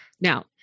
Now